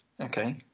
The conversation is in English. Okay